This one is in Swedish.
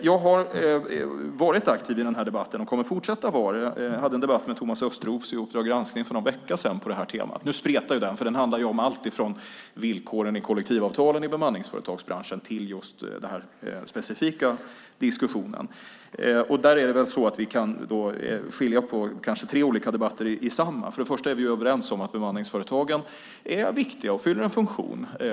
Jag har varit aktiv i denna debatt och kommer att fortsätta vara det. Jag hade en debatt med Thomas Östros i Uppdrag granskning för någon vecka sedan på detta tema. Den spretade dock, för den handlade om allt från villkoren i kollektivavtalen i bemanningsföretagsbranschen till just den här specifika diskussionen. Vi kan skilja på tre olika debatter i samma. För det första är vi överens om att bemanningsföretagen är viktiga och fyller en funktion.